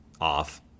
off